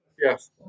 Yes